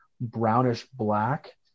brownish-black